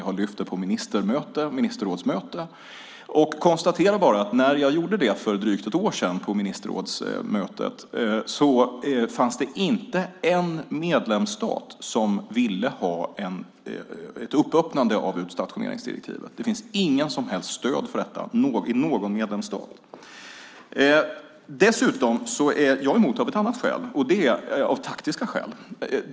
Jag har lyft upp den på ministerrådsmöten och konstaterar bara att när jag gjorde det på ministerrådsmötet för drygt ett år sedan fanns det inte en medlemsstat som ville ha ett öppnande av utstationeringsdirektivet. Det finns inget som helst stöd för detta i någon medlemsstat. Dessutom är jag mot av ett annat skäl. Det är av taktiska skäl.